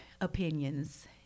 opinions